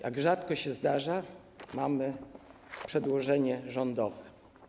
Jak rzadko się zdarza, mamy przedłożenie rządowe.